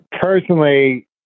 Personally